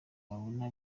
wabona